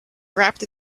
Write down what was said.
wrapped